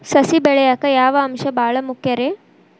ಸಸಿ ಬೆಳೆಯಾಕ್ ಯಾವ ಅಂಶ ಭಾಳ ಮುಖ್ಯ ರೇ?